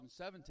2017